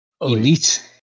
elite